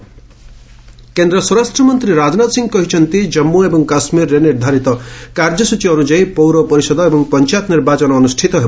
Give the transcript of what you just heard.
Rajnath JK polls କେନ୍ଦ୍ର ସ୍ୱରାଷ୍ଟ୍ର ମନ୍ତ୍ରୀ ରାଜନାଥ ସିଂ କହିଛନ୍ତି ଜାମ୍ମୁ ଏବଂ କାଶ୍କୀରରେ ନିର୍ଦ୍ଧାରିତ କାର୍ଯ୍ୟସ୍ତଚୀ ଅନୁଯାୟୀ ପୌର ପରିଷଦ ଏବଂ ପଞ୍ଚାୟତ ନିର୍ବାଚନ ଅନୁଷ୍ଠିତ ହେବ